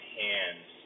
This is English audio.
hands